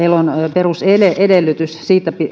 perusedellytys